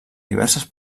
diverses